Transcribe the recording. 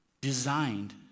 designed